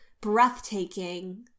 breathtaking